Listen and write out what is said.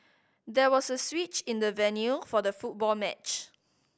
there was a switch in the venue for the football match